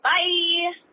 Bye